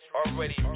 already